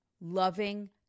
loving